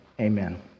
Amen